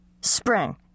spring